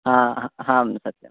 आम् हां सत्यं